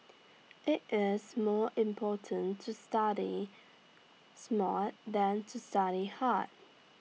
IT is more important to study smart than to study hard